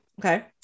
Okay